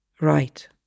right